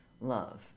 Love